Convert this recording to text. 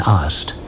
asked